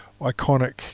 iconic